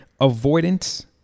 avoidance